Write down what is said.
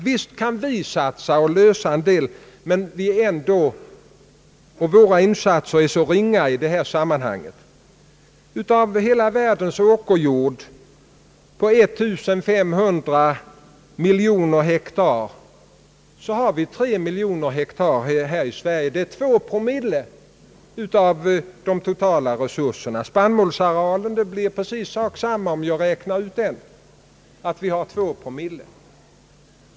Visst kan vi satsa pengar och lösa en del problem, men våra insatser som livsmedelsproducenter är så ringa i detta sammanhang. Av hela världens åkerjord på 1500 miljoner hektar har vi i Sverige 3 miljoner hektar. Det är 2 promille av de totala resurserna. Om jag räknar ut spannmålsarealen kommer jag till samma resultat, 2 promille.